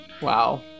Wow